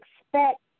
expect